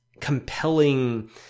compelling